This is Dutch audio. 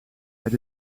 het